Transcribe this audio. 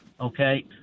okay